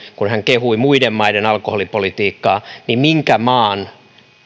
kun hän kehui muiden maiden alkoholipolitiikkaa minkä